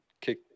Kick